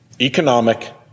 economic